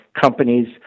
companies